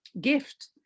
gift